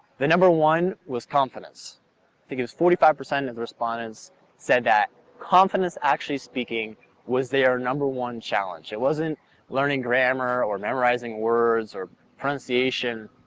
the number one was confidence. i think it was forty five percent of the respondents said that confidence actually speaking was their number one challenge. it wasn't learning grammar or memorizing words or pronunciation,